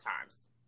times